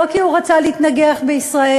לא כי הוא רצה להתנגח בישראל,